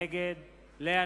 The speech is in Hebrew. נגד רוני